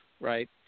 right